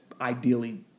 ideally